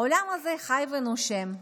העולם הזה חי ונושם.